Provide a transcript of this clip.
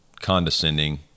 condescending